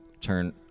turn